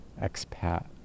expat